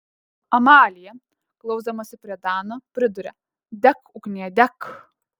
amalija glausdamasi prie dano priduria dek ugnie dek